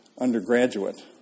undergraduate